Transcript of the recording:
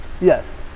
Yes